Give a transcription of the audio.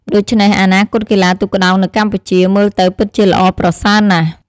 ដូច្នេះ អនាគតកីឡាទូកក្ដោងនៅកម្ពុជាមើលទៅពិតជាល្អប្រសើរណាស់។